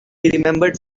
remembered